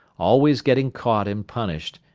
always getting caught and punished,